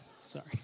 Sorry